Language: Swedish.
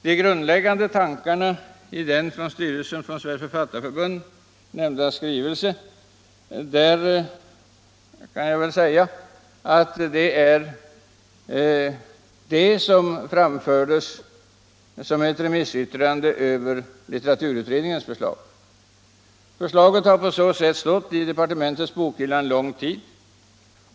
De grundläggande tankarna i den nämnda skrivelsen från styrelsen för Författarförbund är de som framförs i Författarförbundets remissyttrande över litteraturutredningens förslag. Förslaget har stått i departementets bokhylla en lång tid.